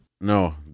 No